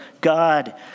God